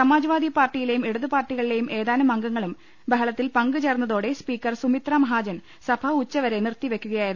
സമാജ്വാദി പാർട്ടിയിലെയും ഇട തുപാർട്ടികളിലെയും ഏതാനും അംഗങ്ങളും ബഹള ത്തിൽ പങ്ക് ചേർന്നതോടെ സ്പീക്കർ സുമിത്രാമഹാ ജൻ സഭ ഉച്ചവരെ നിർത്തിവെയ്ക്കുകയായിരുന്നു